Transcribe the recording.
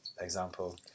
example